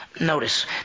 Notice